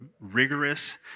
rigorous